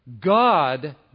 God